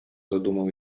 zadumą